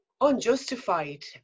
unjustified